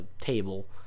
table